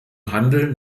handel